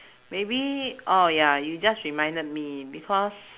maybe oh ya you just reminded me because